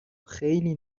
خیلی